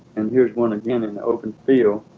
and here's one again in the open field